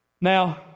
Now